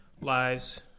lives